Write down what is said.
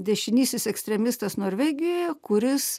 dešinysis ekstremistas norvegijoje kuris